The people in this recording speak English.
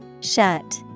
Shut